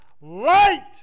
light